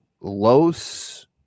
Los